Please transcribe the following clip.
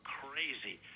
crazy